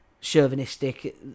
chauvinistic